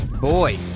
Boy